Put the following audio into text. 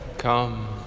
Come